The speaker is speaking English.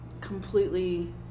completely